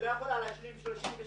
היא לא יכולה לומר את זה.